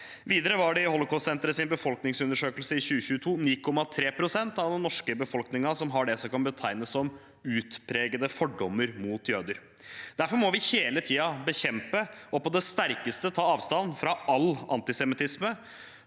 Videre var det i Holocaustsenterets befolkningsundersøkelse i 2022 9,3 pst. av den norske befolkningen som har det som kan betegnes som utpregede fordommer mot jøder. Derfor må vi hele tiden bekjempe og på det sterkeste ta avstand fra all antisemittisme.